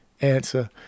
answer